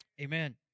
amen